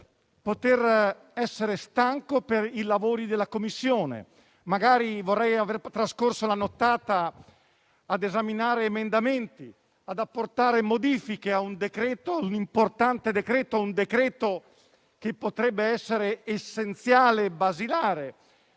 poter essere stanco per i lavori della Commissione; magari vorrei aver trascorso la nottata ad esaminare emendamenti e ad apportare modifiche a un importante decreto-legge che potrebbe essere essenziale e basilare